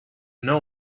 know